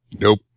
Nope